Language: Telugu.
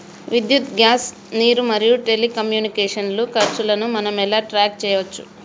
విద్యుత్ గ్యాస్ నీరు మరియు టెలికమ్యూనికేషన్ల ఖర్చులను మనం ఎలా ట్రాక్ చేయచ్చు?